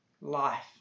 life